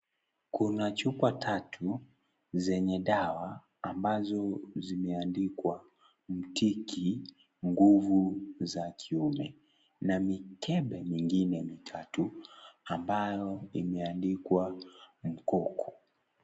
Kuna chupa tatu, zenye dawa ambazo zimeandikwa, mtiki nguvu za kiume, na mikoko mingine mitatu ambayo imeandikwa mkoko.